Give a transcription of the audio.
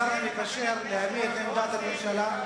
אולי תאפשר לשר המקשר להביא את עמדת הממשלה?